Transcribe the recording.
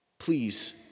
Please